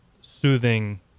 soothing